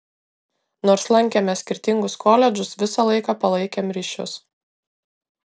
nors lankėme skirtingus koledžus visą laiką palaikėm ryšius